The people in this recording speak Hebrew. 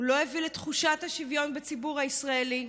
הוא לא יביא לתחושת השוויון בציבור הישראלי.